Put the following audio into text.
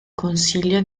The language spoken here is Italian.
consiglio